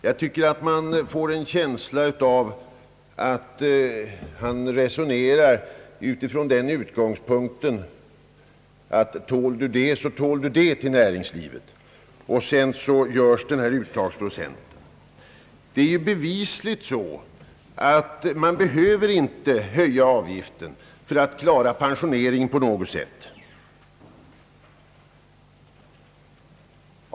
Jag tycker att man får en känsla av att man resonerat utifrån den utgångspunkten att tål du det så tål du det i näringslivet och sedan fastställt denna uttagsprocent. Det är bevisligen så att man inte behöver höja avgiften för att klara pensioneringen.